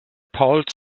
paul